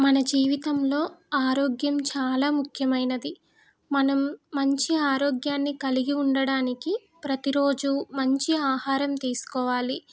మన జీవితంలో ఆరోగ్యం చాలా ముఖ్యమైనది మనం మంచి ఆరోగ్యాన్ని కలిగి ఉండడానికి ప్రతిరోజు మంచి ఆహారం తీసుకోవాలి